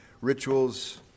rituals